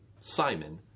Simon